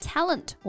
Talent